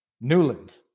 Newland